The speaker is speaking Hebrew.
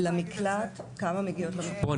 בואו